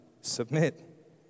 Submit